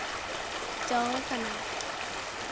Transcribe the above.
ᱡᱚ ᱠᱟᱱᱟ